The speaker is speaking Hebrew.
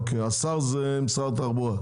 אוקיי, השר זה משרד התחבורה.